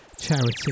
charity